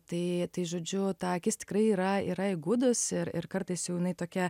tai tai žodžiu ta akis tikrai yra yra įgudus ir ir kartais jau jinai tokia